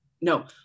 No